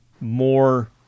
more